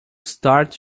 start